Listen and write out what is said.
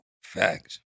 Facts